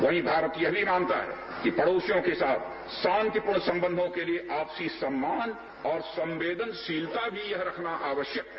वहीं भारत यह भी मानता है कि पड़ोसियों के साथ शांतिपूर्ण संबंधों के लिए आपसी सम्मा न और संवेदनशीलता भी यह रखना आवश्यक है